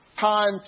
time